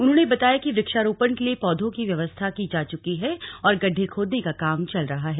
उन्होंने बताया कि वृक्षारोपण के लिए पौधो की व्यवस्था की जा चुकी है और गड्ढे खोदने का काम चल रहा है